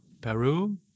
peru